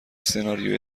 سناریوی